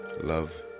love